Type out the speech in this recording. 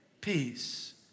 peace